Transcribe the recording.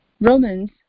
Romans